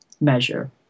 measure